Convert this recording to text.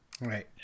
Right